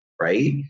right